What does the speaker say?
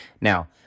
Now